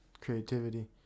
creativity